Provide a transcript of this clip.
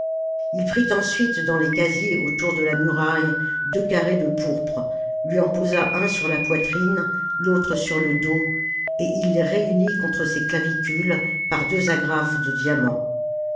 ii prit ensuite dans les casiers autour de la muraille deux carrés de pourpre lui en posa un sur la poitrine l'autre sur le dos et il les réunit contre ses clavicules par deux agrafes de diamant